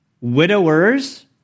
widowers